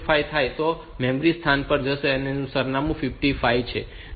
5 થાય તો તે મેમરી એ સ્થાન પર જશે કે જેનું સરનામું 52 છે